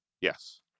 Yes